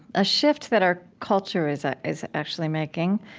a shift that our culture is ah is actually making,